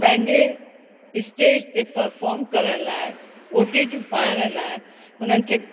पंहिंजे स्टेज ते पर्फ़ोम करण लाइ ओ टी टी पाइण लाइ हुननि खे